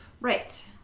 Right